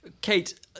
Kate